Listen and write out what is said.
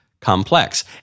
complex